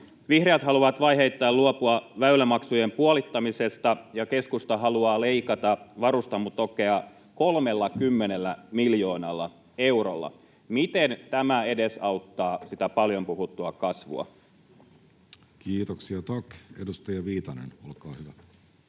Vihreät haluavat vaiheittain luopua väylämaksujen puolittamisesta, ja keskusta haluaa leikata varustamotukea 30 miljoonalla eurolla. Miten tämä edesauttaa sitä paljon puhuttua kasvua? Kiitoksia, tack. — Edustaja Viitanen, olkaa hyvä.